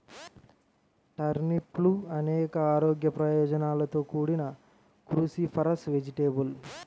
టర్నిప్లు అనేక ఆరోగ్య ప్రయోజనాలతో కూడిన క్రూసిఫరస్ వెజిటేబుల్